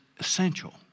essential